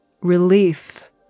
relief